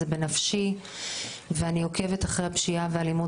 זה בנפשי ואני עוקבת אחרי הפשיעה והאלימות